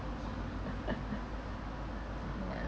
yeah